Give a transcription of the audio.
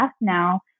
now